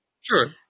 Sure